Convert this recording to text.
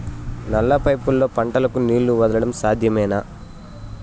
నల్ల పైపుల్లో పంటలకు నీళ్లు వదలడం సాధ్యమేనా?